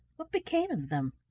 what became of them?